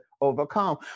overcome